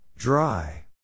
Dry